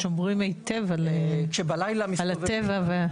לימור סון הר מלך (עוצמה יהודית): הרועים שומרים היטב על הטבע.